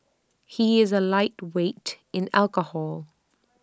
he is A lightweight in alcohol